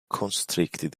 constricted